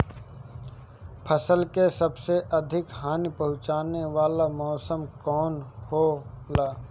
फसल के सबसे अधिक हानि पहुंचाने वाला मौसम कौन हो ला?